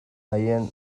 aieneen